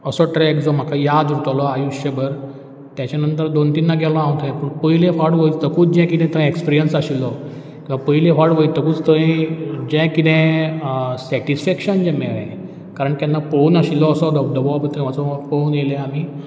असो ट्रॅक जो म्हाका याद उरतलो आयुश्यभर तेज्या नंतर दोन तिनदां गेलो हांव थंय पूण पयले फावट वयतकूच जें कितें थंय एक्सप्रियंस आशिल्लो किंवां पयले फावट वयतकूच थंय जें कितें सॅटिसफॅक्शन जें मेळ्ळें कारण केन्ना पळोवंक नाशिल्लो असो धबधबो थंय वचों पोवन येयले आमी